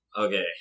Okay